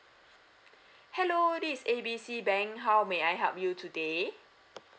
hello this is A B C bank how may I help you today